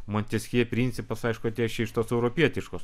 monteskjė principas aišku tai atėjo čia iš tos europietiškos